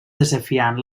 desafiant